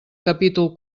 capítol